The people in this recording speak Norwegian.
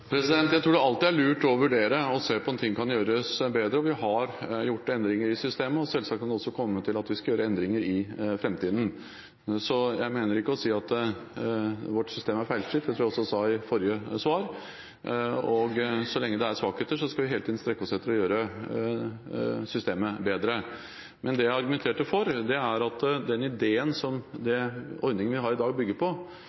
er lurt å vurdere og se på om en ting kan gjøres bedre. Vi har gjort endringer i systemet. Selvsagt kan vi også komme til at vi skal gjøre endringer i framtiden. Jeg mener ikke å si at vårt system er feilfritt, som jeg også sa i mitt forrige svar. Så lenge det er svakheter, skal vi hele tiden strekke oss etter å gjøre systemet bedre. Men det jeg argumenterte for, er den ideen som